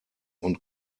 und